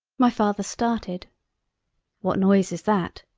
my father started what noise is that,